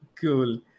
Cool